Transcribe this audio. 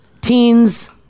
Teens